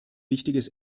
wichtiges